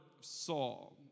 Saul